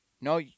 no